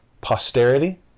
Posterity